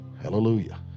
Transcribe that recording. Hallelujah